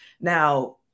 now